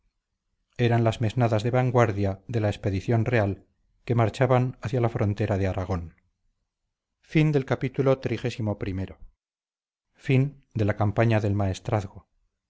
eran las mesnadas de vanguardia de la expedición real que marchaban hacia la frontera de aragón biblioteca virtual miguel de cervantes